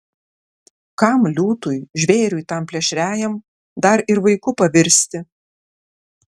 kam liūtui žvėriui tam plėšriajam dar ir vaiku pavirsti